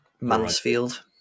Mansfield